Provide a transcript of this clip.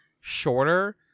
shorter